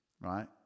right